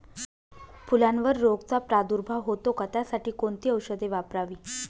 फुलावर रोगचा प्रादुर्भाव होतो का? त्यासाठी कोणती औषधे वापरावी?